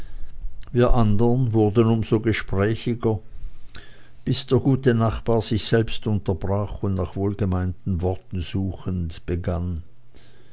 wir andern wurden um so gesprächiger bis der gute nachbar sich selbst unterbrach und nach wohlgemeinten worten suchend begann